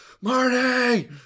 Marty